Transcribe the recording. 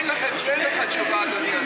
אין לך תשובה, אדוני השר.